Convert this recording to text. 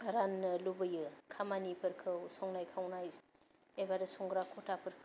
राननो लुबैयो खामानिफोरखौ संनाय खावनाय बेबादि संग्रा ख'थाफोरखौ